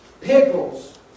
pickles